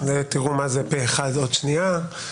תראו מה זה "פה-אחד" עוד שנייה.